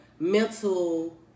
Mental